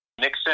nixon